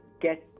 get